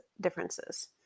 differences